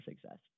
success